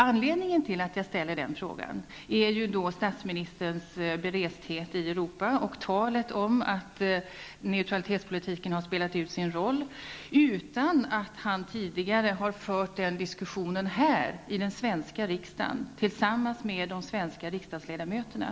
Anledningen till att jag ställde den frågan är statsministerns belästhet i frågor om Europa och hans tal om att neutralitetspolitiken har spelat ut sin roll, utan att han tidigare har fört den diskussionen här i den svenska riksdagen tillsammans med de svenska riksdagsledamöterna.